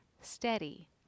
steady